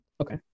Okay